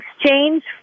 exchange